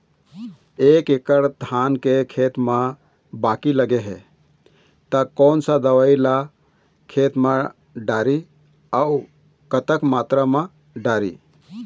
एक एकड़ धान के खेत मा बाकी लगे हे ता कोन सा दवई ला खेत मा डारी अऊ कतक मात्रा मा दारी?